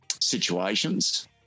situations